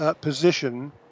position